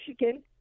Michigan